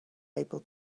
able